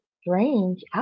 strange